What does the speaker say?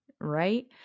Right